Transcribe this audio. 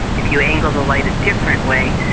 if you angle the light a different way,